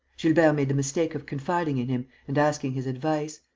gilbert made the mistake of confiding in him and asking his advice.